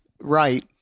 right